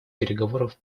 переговоров